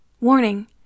Warning